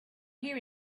here